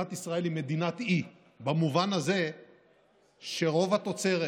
מדינת ישראל היא מדינת אי במובן הזה שרוב התוצרת,